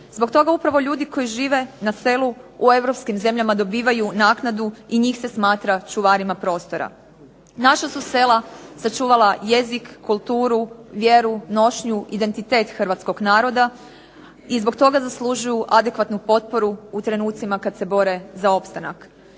Zbog toga upravo ljudi koji žive na selu u europskim zemljama dobivaju naknadu i njih se smatra čuvarima prostora. Naša su sela sačuvala jezik, kulturu, vjeru, nošnju, identitet hrvatskog naroda i zbog toga zaslužuju adekvatnu potporu u trenucima kad se bore za opstanak.